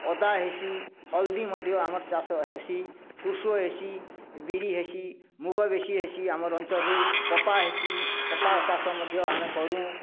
ଅଦା ହେସି ହଲ୍ଦୀ ମଧ୍ୟ ଆମର ଚାଷ ହେସି ହେସି ବିରି ହେସି ମୁଗ ବେଶୀ ହେସି ଆମର ଅଞ୍ଚଳରେ କପା ହେସି କପା ଚାଷ ମଧ୍ୟ ଆମେ କରୁଁ